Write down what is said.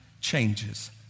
changes